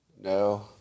no